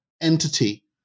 entity